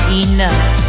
enough